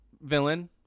villain